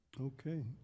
Okay